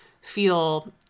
feel